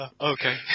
Okay